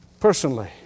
personally